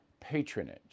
patronage